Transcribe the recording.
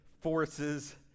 forces